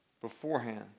beforehand